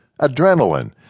adrenaline